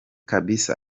kabisa